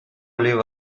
leave